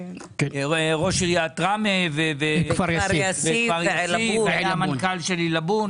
ראש עיריית ראמה וכפר יאסיף והמנכ"ל של עילבון.